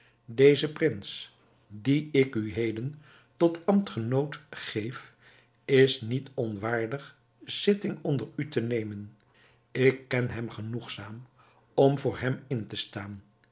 deze prins dien ik u heden tot ambtgenoot geef is niet onwaardig zitting onder u te nemen ik ken hem genoegzaam om voor hem in te staan